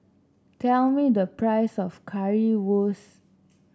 tell me the price of Currywurst